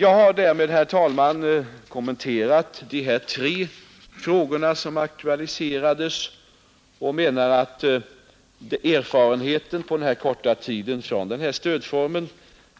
Jag har därmed, herr talman, kommenterat de tre frågor som aktualiserades och anser att erfarenheten från den korta tid som stödformen existerat